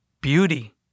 beauty